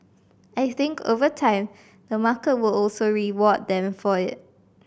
I think over time the market will also reward them for it